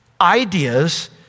Ideas